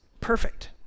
perfect